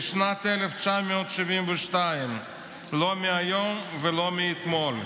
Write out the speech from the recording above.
בשנת 1972. לא מהיום ולא מאתמול.